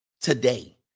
Today